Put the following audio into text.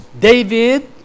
David